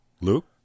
Luke